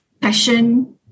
passion